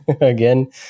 again